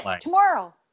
tomorrow